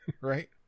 right